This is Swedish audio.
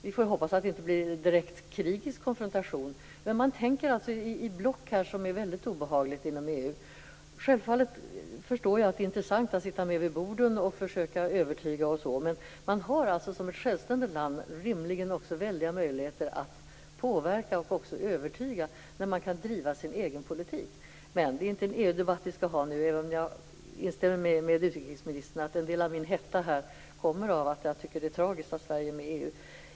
Vi får hoppas att det inte blir en direkt krigisk konfrontation. Men man tänker inom EU i block på ett sätt som är väldigt obehagligt. Självfallet förstår jag att det är intressant att sitta med vid borden och försöka övertyga. Men man har som ett självständigt land rimligen också stora möjligheter att påverka och också övertyga när man kan driva sin egen politik. Det är emellertid inte någon EU-debatt som vi nu skall ha, även om jag instämmer med utrikesministern om att en del av min hetta kommer av att jag tycker att det är tragiskt att Sverige är med i EU.